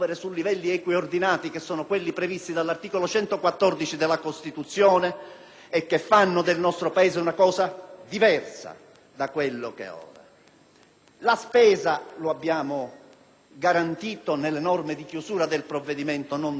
che faranno del nostro un Paese diverso da quello che è ora. La spesa, lo abbiamo garantito nelle norme di chiusura del provvedimento, razionalizzandosi, dovrà fornire gli stessi servizi senza crescere